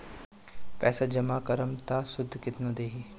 पैसा जमा करम त शुध कितना देही?